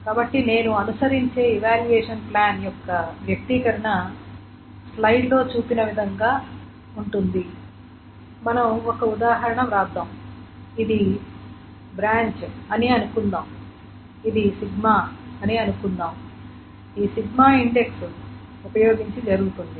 కాబట్టి నేను అనుసరించే ఇవాల్యూయేషన్ ప్లాన్ యొక్క వ్యక్తీకరణ ఈ కింద విధముగా చూడవచ్చు మనం ఒక ఉదాహరణ వ్రాద్దాం ఇది బ్రాంచ్ అని అనుకుందాం ఇది అని అనుకుందాం ఈ సిగ్మా ఇండెక్స్ ఉపయోగించి జరుగుతుంది